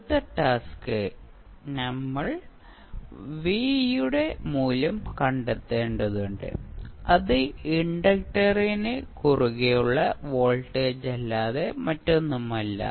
അടുത്ത ടാസ്ക് നമ്മൾ v യുടെ മൂല്യം കണ്ടെത്തേണ്ടതുണ്ട് അത് ഇൻഡക്ടറിന് കുറുകെയുള്ള വോൾട്ടേജല്ലാതെ മറ്റൊന്നുമല്ല